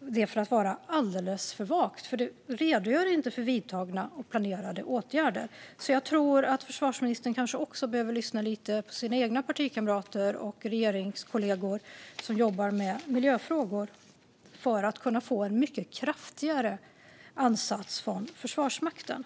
den för att vara alldeles för vag, eftersom det inte redogörs för vidtagna och planerade åtgärder. Jag tror därför att försvarsministern kanske också behöver lyssna lite grann på sina egna partikamrater och regeringskollegor som jobbar med miljöfrågor för att kunna få en mycket kraftigare ansats från Försvarsmakten.